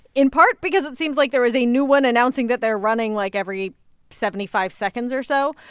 in part because it seems like there is a new one announcing that they're running, like, every seventy five seconds or so.